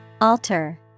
Alter